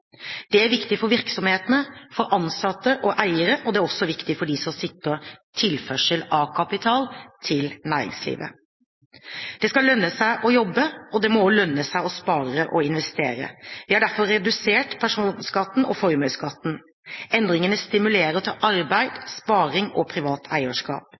Det er viktig for virksomhetene, for ansatte og for eierne, og det er også viktig for dem som sikrer tilførsel av kapital til næringslivet. Det skal lønne seg å jobbe – det må også lønne seg å spare og investere. Vi har derfor redusert personskatten og formuesskatten. Endringene stimulerer til arbeid, sparing og privat eierskap.